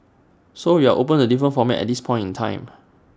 so we are open to different formats at this point in time